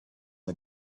the